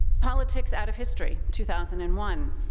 politics out of history two thousand and one,